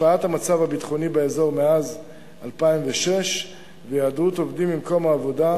השפעת המצב הביטחוני באזור מאז 2006 והיעדרות עובדים ממקום העבודה,